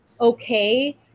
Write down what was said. okay